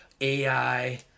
AI